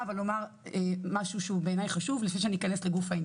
אבל עדיין השיפור הזה הוא שיפור למצב שהוא בלתי נסבל במאה ה-21.